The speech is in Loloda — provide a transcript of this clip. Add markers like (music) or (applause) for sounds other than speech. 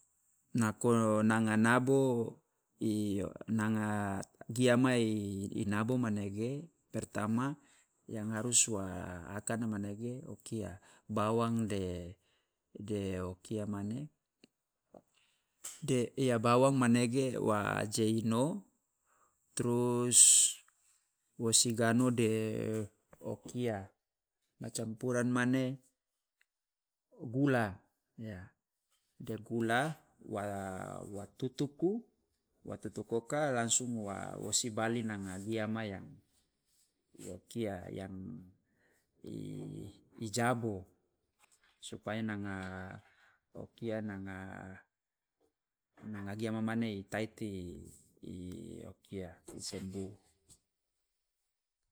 Nako nanga nabo i nanga giama i nabo manege pertama yang harus wa akana manege o kia bawang de de o kia mane de ya bawang manege wa aje ino trus wo sigano de o kia ma campuran mane gula ya, de gula wa wa tutuku wa tutuku oka langsung wa wa sibali nanga giama yang i o kia yang (hesitation) i jabo, supaya nanga o kia nanga nanga giama mane i taiti (hesitation) o kia, sembuh.